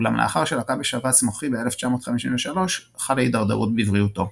אולם לאחר שלקה בשבץ מוחי ב-1953 חלה הידרדרות בבריאותו.